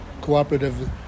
Cooperative